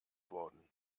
worden